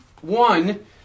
One